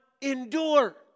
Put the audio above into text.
endure